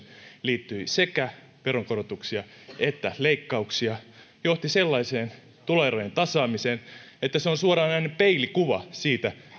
liittyi sekä veronkorotuksia että leikkauksia johtivat sellaiseen tuloerojen tasaamiseen että se on suoranainen peilikuva siitä